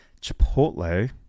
Chipotle